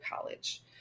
college